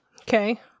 okay